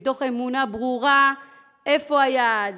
מתוך אמונה ברורה איפה היעד,